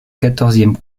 quatorzième